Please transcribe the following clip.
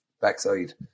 backside